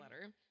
letter